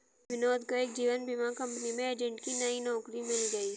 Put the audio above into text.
विनोद को एक जीवन बीमा कंपनी में एजेंट की नई नौकरी मिल गयी